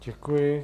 Děkuji.